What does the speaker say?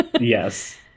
Yes